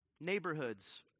Neighborhoods